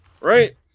right